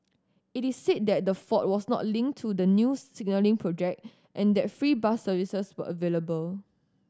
it is said that the fault was not linked to the new signalling project and that free bus services were available